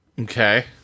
Okay